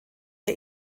der